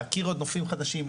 להכיר נופים חדשים,